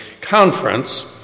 conference